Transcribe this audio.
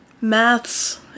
maths